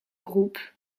groupe